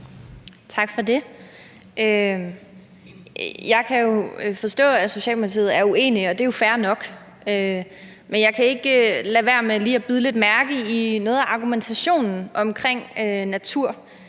Tak for det. Jeg kan forstå, at Socialdemokratiet er uenige, og det er jo fair nok. Men jeg kan ikke lade være med lige at bide lidt mærke i noget af argumentationen om natur.